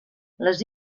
les